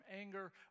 anger